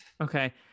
Okay